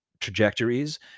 trajectories